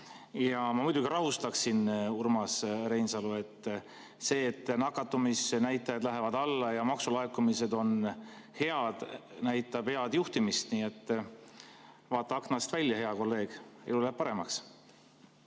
Ma muidugi rahustaksin Urmas Reinsalu. See, et nakatumisnäitajad lähevad alla ja maksulaekumised on head, näitab head juhtimist. Nii et vaata aknast välja, hea kolleeg, elu läheb paremaks.